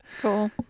cool